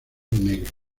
negro